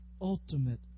ultimate